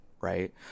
right